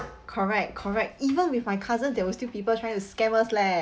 correct correct even with my cousin there were still people trying to scam us leh